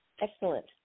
Excellent